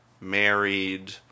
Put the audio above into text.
married